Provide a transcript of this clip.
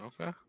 Okay